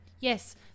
Yes